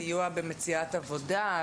סיוע במציאת עבודה.